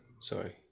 Sorry